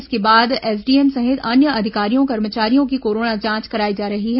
इसके बाद एसडीएम सहित अन्य अधिकारियों कर्मचारियों की कोरोना जांच कराई जा रही है